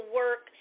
work